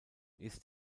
ist